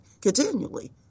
continually